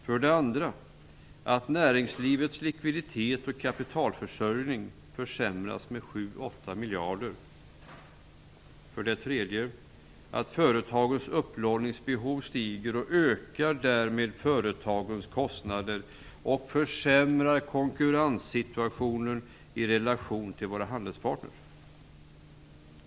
För det andra innebär förslaget att näringslivets likviditet och kapitalförsörjning försämras med 7-8 För det tredje innebär det att företagens upplåningsbehov stiger. Därmed ökar företagens kostnader och försämrar konkurrenssituationen i relation till våra handelspartner.